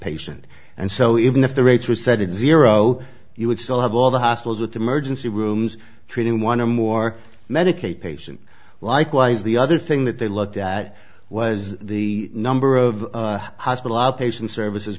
patient and so even if the rates were set it's zero you would still have all the hospitals with emergency rooms treating one or more medicaid patients likewise the other thing that they looked at was the number of hospital outpatient services